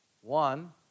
one